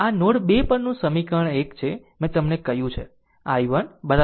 આ નોડ 2 પરનું સમીકરણ 1 છે મેં તમને કહ્યું છે i1 i3 i4